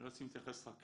נאלצים להתייחס רק אליו.